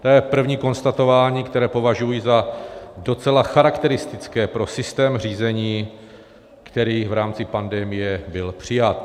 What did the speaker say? To je první konstatování, které považuji za docela charakteristické pro systém řízení, který v rámci pandemie byl přijat.